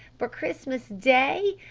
for christmas day?